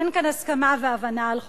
אין כאן הסכמה והבנה על חוקה.